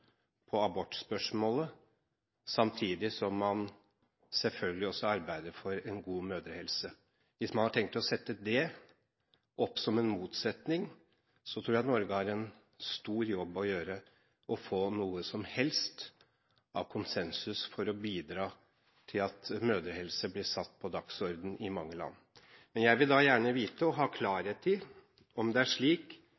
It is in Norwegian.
på abortspørsmålet, samtidig som man selvfølgelig også arbeider for en god mødrehelse. Hvis man har tenkt å sette det opp som en motsetning, tror jeg Norge har en stor jobb å gjøre med å få noe som helst av konsensus for å bidra til at mødrehelse blir satt på dagsordenen i mange land. Men jeg vil da gjerne vite, og